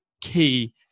key